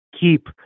keep